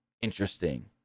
interesting